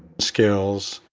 skills,